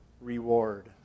reward